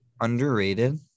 Underrated